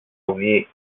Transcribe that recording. unir